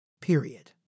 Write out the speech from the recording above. period